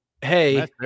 hey